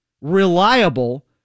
reliable